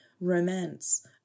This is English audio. Romance